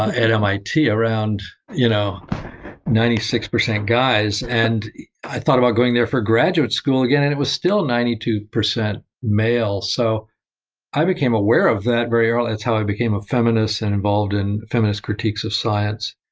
at mit around you know ninety six percent guys. and i thought about going there for graduate school again, and it was still ninety two percent male. so i became aware of that very early. that's how i became a feminist and involved in feminist critiques of science